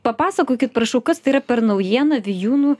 papasakokit prašau kas tai yra per naujiena vijūnų